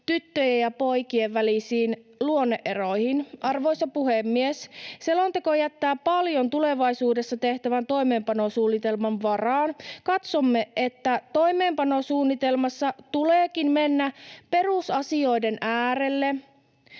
tyttöjen ja poikien välisiin luonne-eroihin. Arvoisa puhemies! Selonteko jättää paljon tulevaisuudessa tehtävän toimeenpanosuunnitelman varaan. Katsomme, että toimeenpanosuunnitelmassa tuleekin mennä perusasioiden äärelle